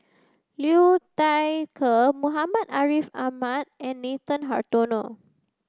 Liu Thai Ker Muhammad Ariff Ahmad and Nathan Hartono